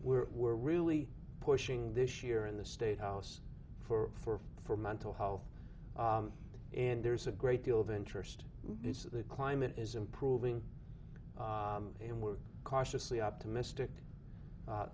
were were really pushing this year in the state house for for mental health and there's a great deal of interest it's the climate is improving and we're cautiously optimistic